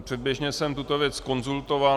Předběžně jsem tuto věc konzultoval.